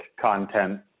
content